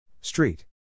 Street